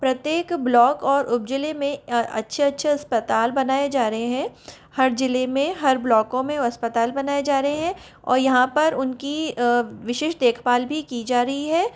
प्रत्येक ब्लॉक और उपज़िले में अच्छे अच्छे अस्पताल बनाए जा रहे हैं हर ज़िले में हर ब्लॉकों में अस्पताल बनाए जा रहे हैं और यहाँ पर उनकी विशेष देखभाल भी की जा रही है